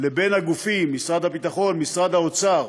לבין הגופים, משרד הביטחון, משרד האוצר,